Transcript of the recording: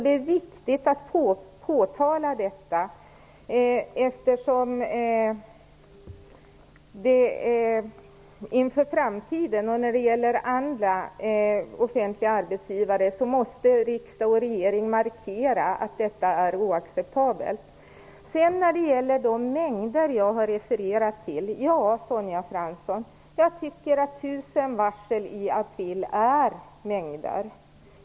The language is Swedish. Det är viktigt att påtala detta inför framtiden. Riksdag och regering måste markera för andra offentliga arbetsgivare att detta är oacceptabelt. Ja, Sonja Fransson, jag tycker att 1 000 varsel i april är mängder.